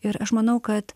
ir aš manau kad